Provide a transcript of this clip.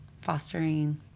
fostering